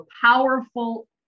powerful